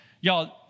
Y'all